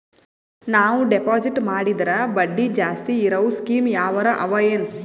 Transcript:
ನಾವು ಡೆಪಾಜಿಟ್ ಮಾಡಿದರ ಬಡ್ಡಿ ಜಾಸ್ತಿ ಇರವು ಸ್ಕೀಮ ಯಾವಾರ ಅವ ಏನ?